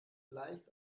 leicht